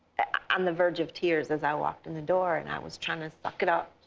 on the verge of tears as i walked in the door. and i was trying to suck it up.